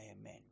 amen